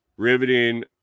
Riveting